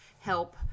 help